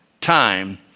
time